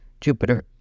Jupiter